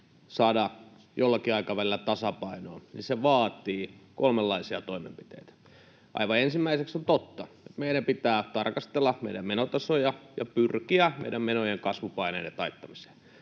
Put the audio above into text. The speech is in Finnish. saada jollakin aikavälillä tasapainoon, niin se vaatii kolmenlaisia toimenpiteitä. Aivan ensimmäiseksi on totta, että meidän pitää tarkastella meidän menotasoja ja pyrkiä meidän menojen kasvupaineiden taittamiseen.